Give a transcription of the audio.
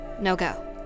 no-go